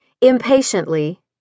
Impatiently